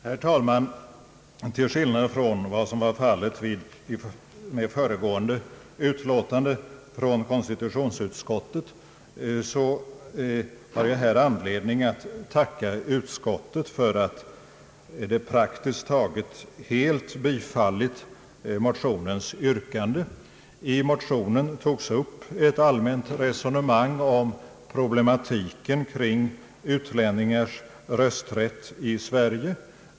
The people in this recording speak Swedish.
Herr talman! Till skillnad från vad som var fallet vid behandlingen av föregående utlåtande av konstitutionsutskottet har jag här anledning att tacka utskottet för att det praktiskt taget helt har bifallit yrkandet i motionen. I motionen togs upp ett allmänt resonemang om problematiken kring utlänningars rösträtt i Sverige.